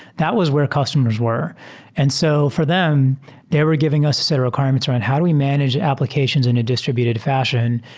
that was where customers were and so for them they were giving us a set of requirements around how do we manage applications in a distr ibuted fashion.